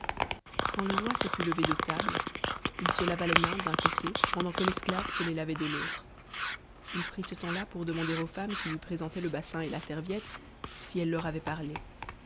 quand le roi se fut levé de table il se lava les mains d'un côté pendant que l'esclave se les lavait de l'autre i prit ce temps-là pour demander aux femmes qui lui présentaient le bassin et la serviette si elle leur avait parlé